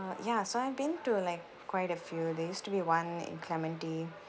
uh ya so I've been to like quite a few there used to be one in clementi